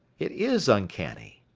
it is uncanny.